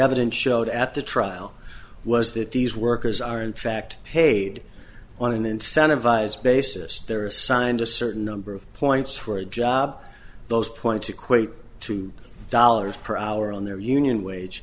evidence showed at the trial was that these workers are in fact paid on incentivized basis they're assigned a certain number of points for a job those points equate to dollars per hour on their union wage